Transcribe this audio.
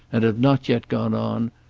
and have not yet gone on,